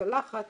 הלחץ